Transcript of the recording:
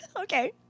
Okay